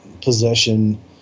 possession